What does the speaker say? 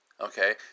okay